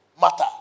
matter